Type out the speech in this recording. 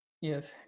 yes